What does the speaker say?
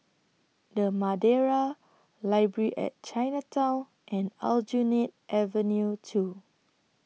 The Madeira Library At Chinatown and Aljunied Avenue two